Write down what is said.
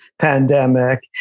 pandemic